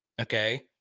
Okay